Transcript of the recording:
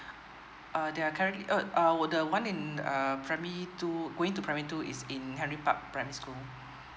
uh they're currently uh uh the one in uh primary two going to primary two is in henry park primary school